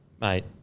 Mate